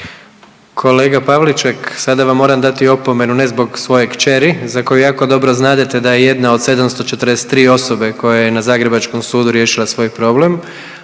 Kolega Pavliček, sada vam moram dati opomenu, ne zbog svoje kćeri za koju jako dobro znadete da je jedna od 743 osobe koja je na zagrebačkom sudu riješila svoj problem,